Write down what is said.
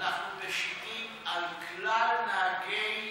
אנחנו משיתים על כלל נהגי,